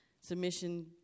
Submission